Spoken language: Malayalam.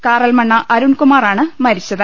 കാറൽമണ്ണ അരുൺകുമാർ ആണ് മുരിച്ചത്